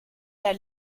der